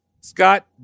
Scott